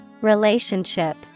Relationship